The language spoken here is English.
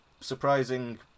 surprising